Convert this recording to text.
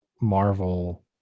Marvel